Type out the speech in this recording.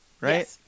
Right